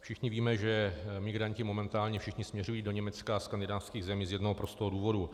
Všichni víme, že migranti momentálně všichni směřují do Německa a skandinávských zemí z jednoho prostého důvodu.